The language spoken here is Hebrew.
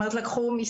אילה גלדמן,